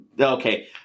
Okay